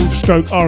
stroke